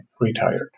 retired